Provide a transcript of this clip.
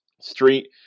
street